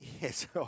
Yes